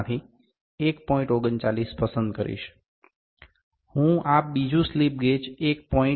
39 પસંદ કરીશ હું આ બીજું સ્લિપ ગેજ 1